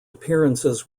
appearances